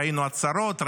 ראינו הצהרות,